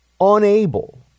unable